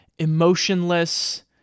emotionless